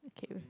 okay